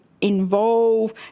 involve